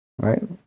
right